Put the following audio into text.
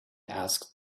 asked